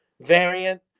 variant